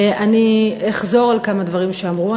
אני אחזור על כמה דברים שאמרו,